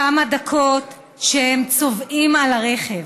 כמה דקות הם צובאים על הרכב,